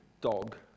dog